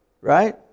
right